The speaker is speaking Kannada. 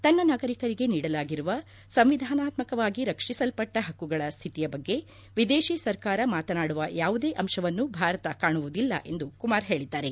ತನ್ನ ನಾಗರಿಕರಿಗೆ ನೀಡಲಾಗಿರುವ ಸಂವಿಧಾನಾತ್ಮಕವಾಗಿ ರಕ್ಷಿಸಲ್ಪಟ್ಟ ಹಕ್ಕುಗಳ ಸ್ಮಿತಿಯ ಬಗ್ಗೆ ವಿದೇತಿ ಸರ್ಕಾರ ಮಾತನಾಡುವ ಯಾವುದೇ ಅಂಶವನ್ನು ಭಾರತ ಕಾಣುವುದಿಲ್ಲ ಎಂದು ಕುಮಾರ್ ಹೇಳಿದ್ದಾರೆ